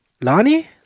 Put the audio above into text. Lani